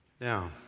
Now